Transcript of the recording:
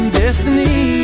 destiny